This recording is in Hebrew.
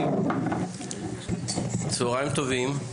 צוהריים טובים.